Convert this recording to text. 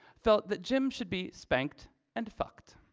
felt that jim should be spanked and fucked.